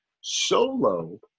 solo